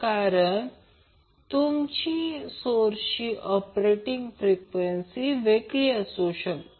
कारण तुमची सोर्सची ऑपरेटिंग फ्रिक्वेंसी वेगळी असू शकते